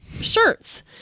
Shirts